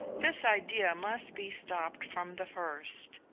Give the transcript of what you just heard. this idea must be stopped from the first,